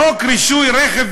חוק רישוי רכב,